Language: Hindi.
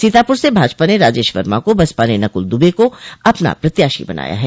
सीतापुर से भाजपा ने राजेश वर्मा को बसपा ने नकूल दूबे को अपना प्रत्याशी बनाया है